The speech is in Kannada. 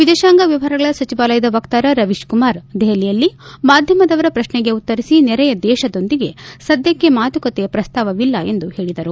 ವಿದೇಶಾಂಗ ವ್ಯವಹಾರಗಳ ಸಚಿವಾಲಯದ ವಕ್ತಾರ ರವೀತ್ ಕುಮಾರ್ ದೆಹಲಿಯಲ್ಲಿ ಮಾಧ್ಯಮದವರ ಪ್ರಶ್ನೆಗೆ ಉತ್ತರಿಸಿ ನೆರೆಯ ದೇಶದೊಂದಿಗೆ ಸದ್ಭಕ್ಷೆ ಮಾತುಕತೆಯ ಪ್ರಸ್ತಾವವಿಲ್ಲ ಎಂದು ಹೇಳದರು